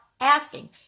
asking